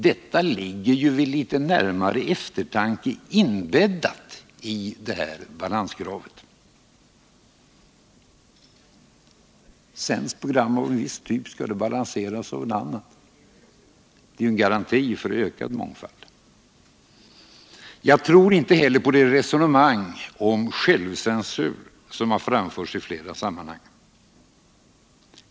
Detta ligger ju — det finner man vid litet närmare eftertanke — inbäddat i balanskravet. Sänds ett program av viss typ skall det balanseras av ett annat. Det är ju en garanti för ökad mångfald. Jag tror inte heller på det resonemang om självcensur som har förts i flera sammanhang.